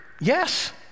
Yes